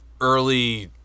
early